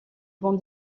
bons